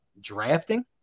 drafting